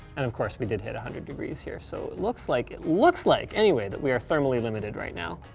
and of course we did hit one hundred degrees here so it looks like, it looks like, anyway, that we are thermally limited right now.